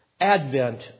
Advent